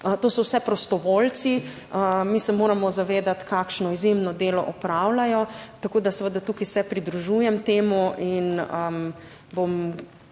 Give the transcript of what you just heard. To so vse prostovoljci, mi se moramo zavedati, kakšno izjemno delo opravljajo, tako da seveda tukaj se pridružujem temu in bom